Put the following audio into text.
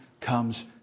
comes